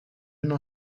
n’en